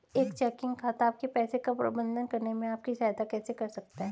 एक चेकिंग खाता आपके पैसे का प्रबंधन करने में आपकी सहायता कैसे कर सकता है?